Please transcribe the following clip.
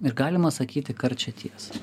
ir galima sakyti karčią tiesą